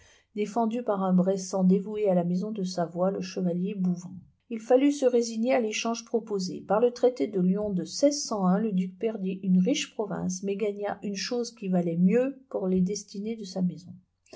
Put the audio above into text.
défendue par un bressan dévoué à la maison de savoie le chevalier bouvens il fallut se résigner à réchange proposé par le traité de lyon de le duc perdit une riche province mais gagna une chose qui valait mieux pour les destinées de sa maison